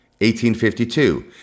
1852